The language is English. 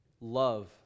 love